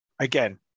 Again